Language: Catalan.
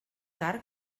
car